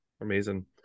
amazing